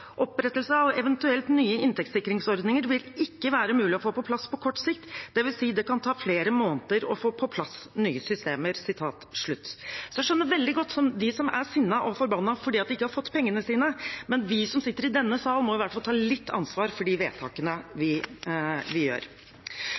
opprettelse av eventuelt nye inntektssikringsordninger vil ikke være mulig å få på plass på kort sikt, det vil si at det kan ta flere måneder å få på plass nye systemer. Jeg skjønner veldig godt dem som er sinte og forbannede fordi de ikke har fått pengene sine, men vi som sitter i denne salen, må i hvert fall ta litt ansvar for de vedtakene